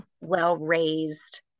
well-raised